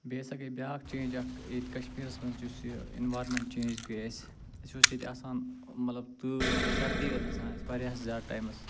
بیٚیہِ ہسا گٔے بیٛاکھ چینٛج اکھ ییٚتہِ کشمیٖرَس منٛز یُس یہِ اِنوارمٮ۪نٛٹ چینٛج گٔے اَسہِ اَسہِ اوس ییٚتہِ آسان مطلب تۭر سردی ٲس آسان اَسہِ واریاہَس زیادٕ ٹایمَس